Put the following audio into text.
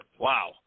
Wow